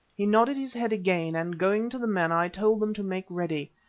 he nodded his head again, and going to the men i told them to make ready,